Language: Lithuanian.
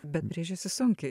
bet brėžiasi sunkiai